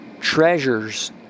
treasures